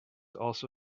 also